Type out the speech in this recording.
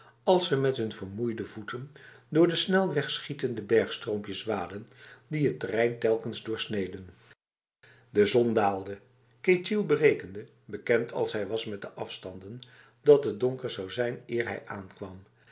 als ze met hun vermoeide voeten door de snel wegschietende bergstroompjes waadden die het terrein telkens doorsneden de zon daalde ketjil berekende bekend als hij was met de afstanden dat het donker zou zijn eer hij aankwam